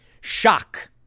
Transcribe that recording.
Shock